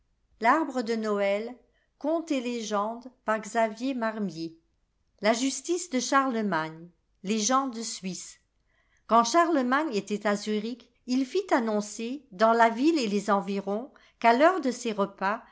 la justice de charlemagne légende suiss quand charlemagne était à zurich il fît annoncer dans la ville et les environs qu'à l'heure de ses repas